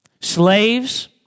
Slaves